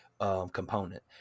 Component